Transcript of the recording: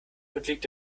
unterliegt